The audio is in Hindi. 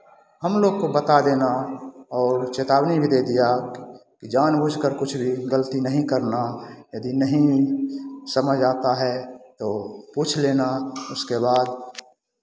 हम लोग को बता देना और चेतावनी भी दे दिया कि जान बूझकर कुछ भी गलती नहीं करना यदि नहीं समझ आता है तो पूछ लेना उसके बाद